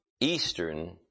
eastern